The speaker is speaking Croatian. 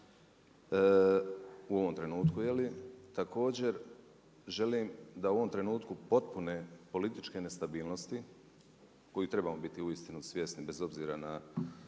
u ovom trenutku, je li, također želim da u ovom trenutku potpune političke nestabilnosti koje trebamo biti uistinu svjesni bez obzira na